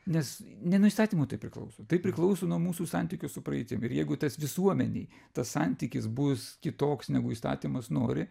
nes ne nuo įstatymų tai priklauso tai priklauso nuo mūsų santykių su praeitim ir jeigu tas visuomenei tas santykis bus kitoks negu įstatymas nori